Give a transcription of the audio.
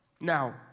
Now